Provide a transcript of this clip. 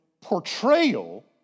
portrayal